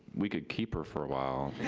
we could keep her for a while.